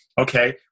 okay